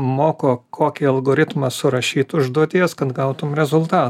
moko kokį algoritmą surašyt užduoties kad gautum rezulta